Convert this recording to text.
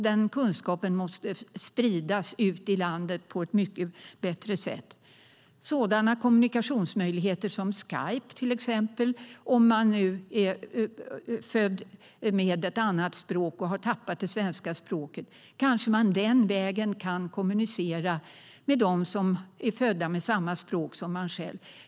Den kunskapen måste spridas ut i landet på ett mycket bättre sätt, sådana kommunikationsmöjligheter som Skype till exempel. Om man nu är född med ett annat språk och har tappat det svenska språket kanske man den vägen kan kommunicera med dem som är födda med samma språk som man själv.